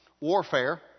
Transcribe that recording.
warfare